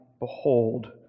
behold